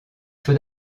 feu